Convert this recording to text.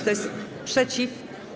Kto jest przeciw?